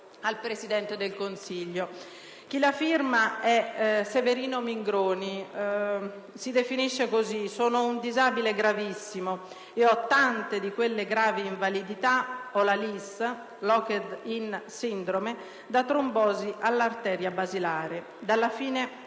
al Presidente del Consiglio. Chi la firma è Severino Mingroni. Si definisce così: «Sono un disabile gravissimo ed ho tante di quelle gravi invalidità - ho la LIS (*Locked-in Syndrome*) da trombosi alla arteria basilare, dalla fine